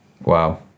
Wow